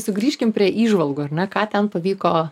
sugrįžkim prie įžvalgų ar ne ką ten pavyko